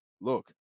Look